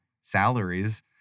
salaries